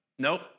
Nope